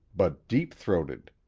but deep-throated.